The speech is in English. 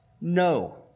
no